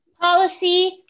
Policy